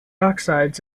oxides